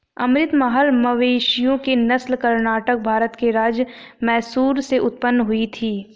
अमृत महल मवेशियों की नस्ल कर्नाटक, भारत के राज्य मैसूर से उत्पन्न हुई थी